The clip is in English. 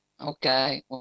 Okay